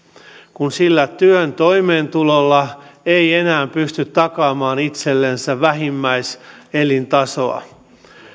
kun sillä työn toimeentulolla ei enää pysty takaamaan itsellensä vähimmäiselintasoa